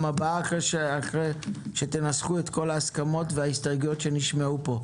הבאה אחרי שתנסחו את כל ההסכמות וההסתייגויות שנשמעו כאן.